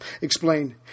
explained